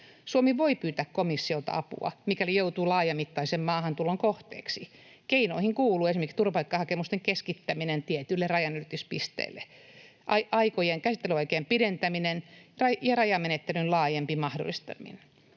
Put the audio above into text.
Suomi voi pyytää komissiolta apua, mikäli joutuu laajamittaisen maahantulon kohteeksi. Keinoihin kuuluvat esimerkiksi turvapaikkahakemusten keskittäminen tietyille rajanylityspisteille, käsittelyaikojen pidentäminen ja rajamenettelyn laajempi mahdollistaminen.